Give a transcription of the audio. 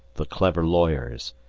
the clever lawyers,